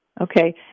Okay